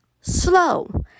slow